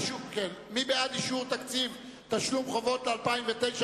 מי בעד אישור תקציב תשלום חובות ל-2009,